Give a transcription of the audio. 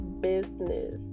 business